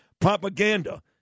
propaganda